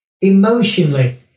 Emotionally